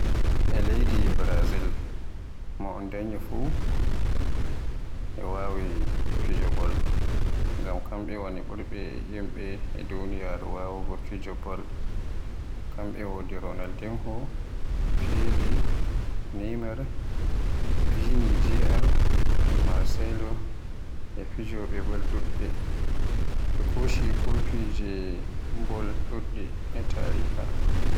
E leydi Brazil mo un danyu fuf e Wai fijo bol, ngam kamɓe woni ɓurɓe yimɓe e Duniya wawugo fiyugo fijo bol. Kamɓe wodi Ronaldinho, Pele, Naymar, Vini Jr, Marcello e fijowoɓe boll ɗuɓɓe. Be koshi kofije fijo bol ɗuɗɗi e tariha.